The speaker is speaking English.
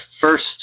first